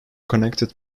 connected